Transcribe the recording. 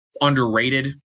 underrated